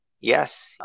Yes